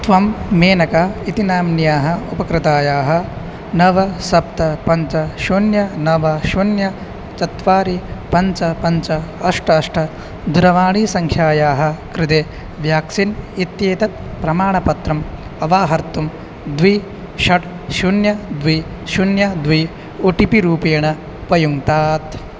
त्वं मेनका इति नाम्नः उपकृतायाः नव सप्त पञ्च शून्यं नव शून्यं चत्वारि पञ्च पञ्च अष्ट अष्ट दूरवाणीसङ्ख्यायाः कृते व्याक्सीन् इत्येतत् प्रमाणपत्रम् अवाहर्तुं द्वि षट् शून्यं द्वि शून्यं द्वि ओ टि पि रूपेण उपयुङ्क्तात्